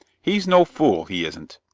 he's no fool, he isn't.